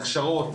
הכשרות,